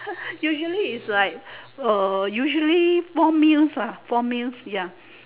usually is like uh usually four meals ah four meals ya